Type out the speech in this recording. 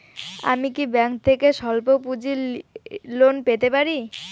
আমি কি ব্যাংক থেকে স্বল্প পুঁজির লোন পেতে পারি?